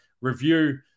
review